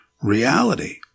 reality